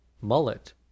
mullet